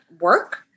work